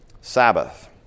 Sabbath